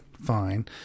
Fine